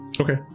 Okay